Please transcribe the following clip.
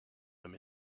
them